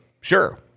sure